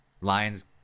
Lions